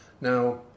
Now